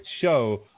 show